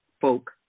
folk